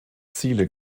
ziele